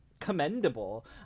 commendable